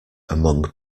among